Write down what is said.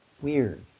weird